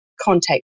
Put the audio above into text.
contact